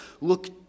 look